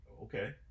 Okay